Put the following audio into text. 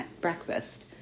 breakfast